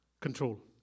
control